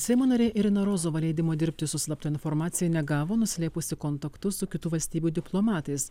seimo narė irina rozova leidimo dirbti su slapta informacija negavo nuslėpusi kontaktus su kitų valstybių diplomatais